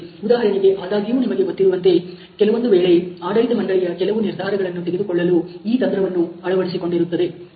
ಉದಾಹರಣೆಗೆ ಆದಾಗ್ಯೂ ನಿಮಗೆ ಗೊತ್ತಿರುವಂತೆ ಕೆಲವೊಂದು ವೇಳೆ ಆಡಳಿತ ಮಂಡಳಿಯ ಕೆಲವು ನಿರ್ಧಾರಗಳನ್ನು ತೆಗೆದುಕೊಳ್ಳಲು ಈ ತಂತ್ರವನ್ನು ಅಳವಡಿಸಿಕೊಂಡಿರುತ್ತದೆ